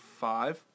five